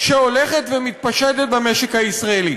שהולכת ומתפשטת במשק הישראלי.